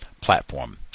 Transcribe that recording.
platform